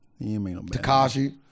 Takashi